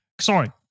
Sorry